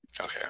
Okay